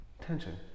tension